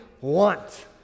want